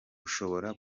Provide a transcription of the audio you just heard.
ushobora